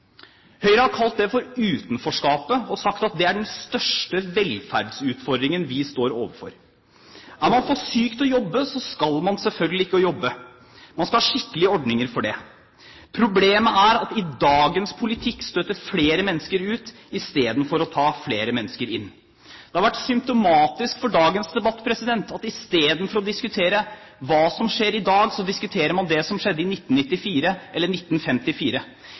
Høyre har kalt det for «utenforskapet» og sagt at det er den største velferdsutfordringen vi står overfor. Er man for syk til å jobbe, skal man selvfølgelig ikke jobbe. Man skal ha skikkelige ordninger for det. Problemet er at dagens politikk støter flere mennesker ut istedenfor å ta flere mennesker inn. Det har vært symptomatisk for dagens debatt at istedenfor å diskutere hva som skjer i dag, diskuterer man det som skjedde i 1994 eller 1954.